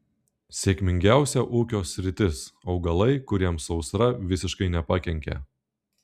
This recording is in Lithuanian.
sėkmingiausia ūkio sritis augalai kuriems sausra visiškai nepakenkė